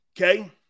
Okay